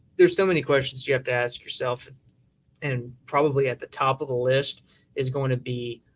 there's so many questions you have to ask yourself and and probably at the top of the list is going to be